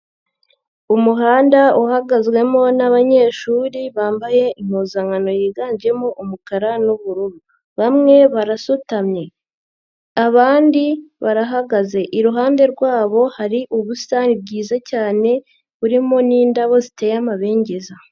Umuhanda uhagazwemo n'abanyeshuri bambaye impuzankano yiganjemo umukara n'ubururu bamwe barasutamye, abandi barahagaze iruhande rwabo hari ubusatani bwiza cyane burimo n'indabo ziteye amabengeza.